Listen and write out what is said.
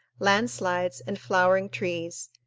lands-lides, and flowering trees.